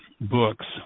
books